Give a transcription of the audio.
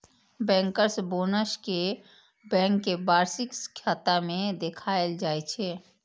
bankers bonus कें bank के वार्षिक खाता मे देखाएल जाइ छै